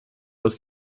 aus